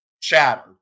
chatter